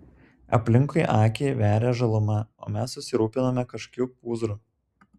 aplinkui akį veria žaluma o mes susirūpinome kažkokiu pūzru